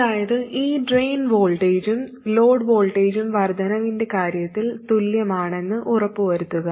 അതായത് ഈ ഡ്രെയിൻ വോൾട്ടേജും ലോഡ് വോൾട്ടേജും വർദ്ധനവിന്റെ കാര്യത്തിൽ തുല്യമാണെന്ന് ഉറപ്പുവരുത്തുക